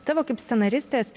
tavo kaip scenaristės